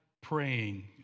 praying